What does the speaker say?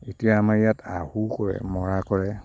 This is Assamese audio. এতিয়া আমাৰ ইয়াত আহু কৰে মৰা কৰে